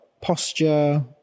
posture